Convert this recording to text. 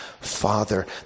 Father